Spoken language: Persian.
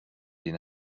این